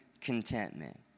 contentment